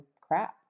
crap